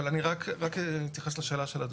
אבל אני רק אתייחס לשאלה של אדוני.